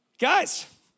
Guys